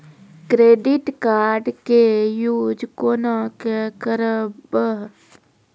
Credit card के use कोना के करबऽ?